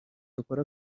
dukore